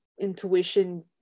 intuition